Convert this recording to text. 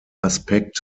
aspekt